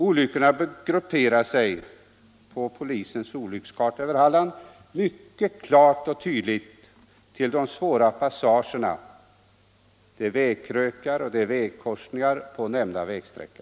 Olyckorna grupperar sig på polisens olyckskarta över Halland mycket klart och tydligt kring de svåra passagerna — vägkrökar och vägkorsningar — på nämnda sträcka.